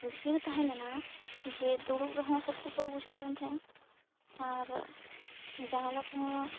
ᱵᱷᱤᱲ ᱛᱟᱦᱮᱸ ᱞᱮᱱᱟ ᱡᱮ ᱫᱩᱲᱩᱵ ᱨᱮᱦᱚᱸ ᱥᱚᱥᱛᱤᱠᱚᱨ ᱵᱩᱡᱷᱟᱹᱜ ᱠᱟᱱ ᱛᱟᱦᱮᱸᱜᱼᱟ ᱟᱨ ᱡᱟᱱᱟᱞᱟ ᱠᱚᱦᱚᱸ